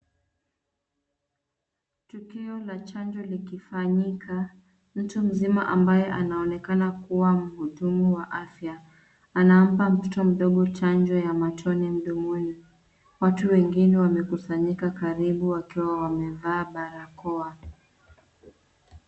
Tukio la chanjo likifanyika. Mtu mzima ambaye anaonekana kuwa mhudumu wa afya anampa mtoto mdogo chanjo ya matone mdomoni. Watu wengine wamekusanyika karibu wakiwa wamevaa barakoa.